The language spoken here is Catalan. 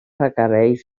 requereix